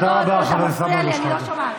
תודה רבה, חבר הכנסת סמי אבו שחאדה.